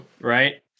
right